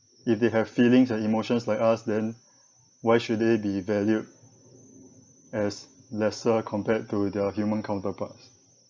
if they have feelings and emotions like us then why should they be valued as lesser compared to the human counterparts